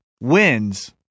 wins